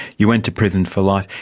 you went to prison for life.